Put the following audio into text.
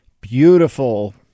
beautiful